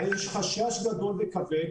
יש חשש גדול וכבד,